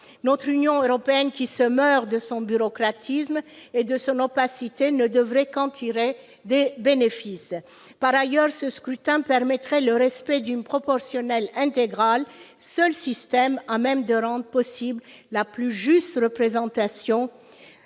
Notre Union européenne, qui se meurt de son bureaucratisme et de son opacité, ne devrait en tirer que des bénéfices. Par ailleurs, ce scrutin permettrait le respect d'une proportionnelle intégrale, seul système à même de rendre possible la plus juste représentation